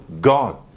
God